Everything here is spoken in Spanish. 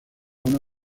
una